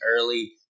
early